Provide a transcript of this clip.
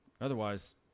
Otherwise